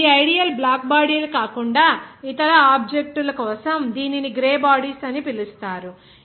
ఈ ideal black body లు కాకుండా ఇతర ఆబ్జెక్ట్ ల కోసం దీనిని గ్రే బాడీస్ అని పిలుస్తారు